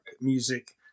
music